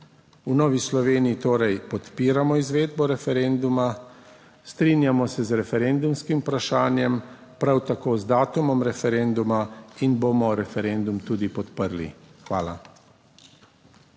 V Novi Sloveniji torej podpiramo izvedbo referenduma, strinjamo se z referendumskim vprašanjem, prav tako z datumom referenduma in bomo referendum tudi podprli. Hvala.